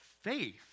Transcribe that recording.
faith